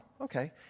okay